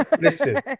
listen